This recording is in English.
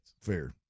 Fair